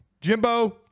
Jimbo